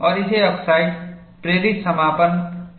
और इसे ऑक्साइड प्रेरित समापन कहा जाता है